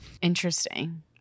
Interesting